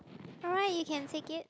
alright you can take it